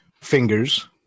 fingers